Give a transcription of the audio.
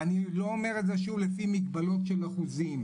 ואני לא אומר את זה לפי מגבלות של אחוזים,